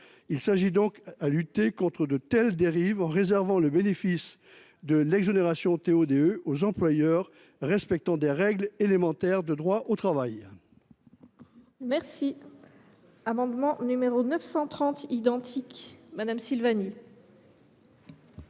Il convient de lutter contre ces dérives en réservant le bénéfice de l’exonération TO DE aux employeurs respectant les règles élémentaires du droit du travail.